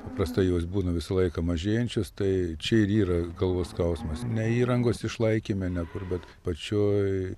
paprastai jos būna visą laiką mažėjančios tai čia ir yra galvos skausmas ne įrangos išlaikyme ne kur bet pačioj